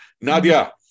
Nadia